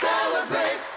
Celebrate